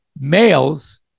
males